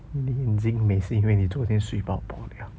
你眼睛美是因为你昨天睡饱饱了